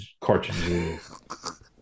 cartridges